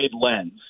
lens